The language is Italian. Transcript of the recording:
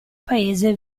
paese